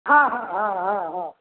हँ हँ हँ हँ हँ